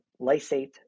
lysate